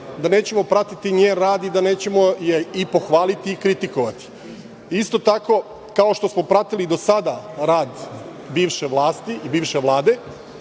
da nećemo pratiti njen rad i da nećemo je pohvaliti i kritikovati. Isto tako, kao što smo pratili i do sada rad bivše vlasti i bivše Vlade,